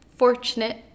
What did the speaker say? fortunate